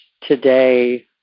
today